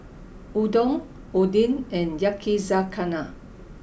Udon Oden and Yakizakana